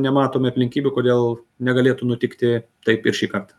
nematome aplinkybių kodėl negalėtų nutikti taip ir šį kartą